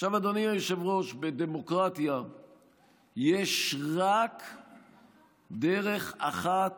עכשיו, אדוני היושב-ראש, בדמוקרטיה יש רק דרך אחת